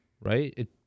right